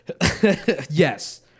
Yes